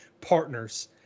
partners